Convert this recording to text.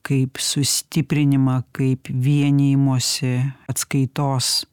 kaip sustiprinimą kaip vienijimosi atskaitos